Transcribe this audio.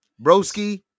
Broski